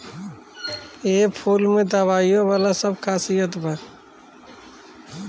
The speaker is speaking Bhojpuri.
एह फूल में दवाईयो वाला सब खासियत बा